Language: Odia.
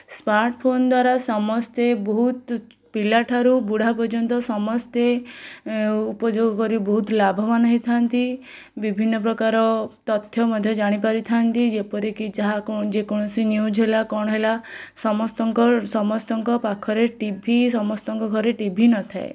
ସ୍ମାର୍ଟ୍ଫୋନ୍ ଦ୍ଵାରା ସମସ୍ତେ ବହୁତ ପିଲାଠାରୁ ବୁଢ଼ା ପର୍ଯନ୍ତ ସମସ୍ତେ ଉପୋଯୋଗ କରି ବହୁତ ଲାଭବାନ ହୋଇଥାନ୍ତି ବିଭିନ୍ନପ୍ରକାର ତଥ୍ୟ ମଧ୍ୟ ଜାଣିପାରିଥାନ୍ତି ଯେପରିକି ଯାହା କ'ଣ ଯେକୌଣସି ନ୍ୟୁଜ୍ ହେଲା କ'ଣ ହେଲା ସମସ୍ତଙ୍କ ସମସ୍ତଙ୍କ ପାଖରେ ଟି ଭି ସମସ୍ତଙ୍କ ଘରେ ଟି ଭି ନଥାଏ